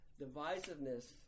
Divisiveness